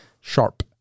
sharp